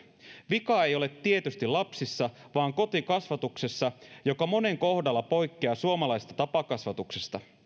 vika ei ole tietysti lapsissa vaan kotikasvatuksessa joka monen kohdalla poikkeaa suomalaisesta tapakasvatuksesta